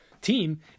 team